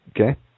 Okay